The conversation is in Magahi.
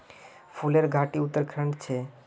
फूलेर घाटी उत्तराखंडत छे